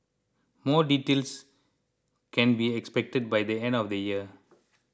more details can be expected by the end of the year